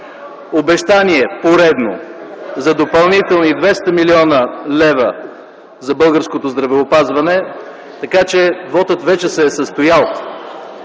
обещание – поредно – за допълнителни 200 млн. лв. за българското здравеопазване, така че вотът вече се е състоял.